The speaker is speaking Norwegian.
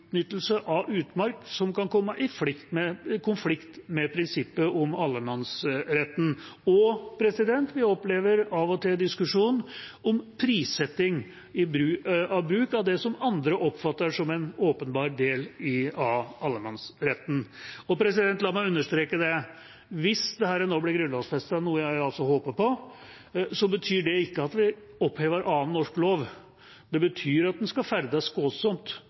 av utmark som kan komme i konflikt med prinsippet om allemannsretten, og vi opplever av og til diskusjon om prissetting av bruk av det som andre oppfatter som en åpenbar del av allemannsretten. La meg understreke: Hvis dette nå blir grunnlovfestet, noe jeg altså håper på, betyr ikke det at vi opphever annen norsk lov. Det betyr at en skal ferdes